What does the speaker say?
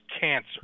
cancer